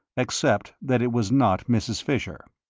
except that it was not mrs. fisher.